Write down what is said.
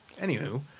Anywho